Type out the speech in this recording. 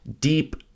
deep